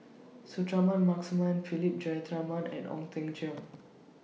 Suratman Markasan Philip Jeyaretnam and Ong Teng Cheong